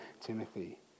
Timothy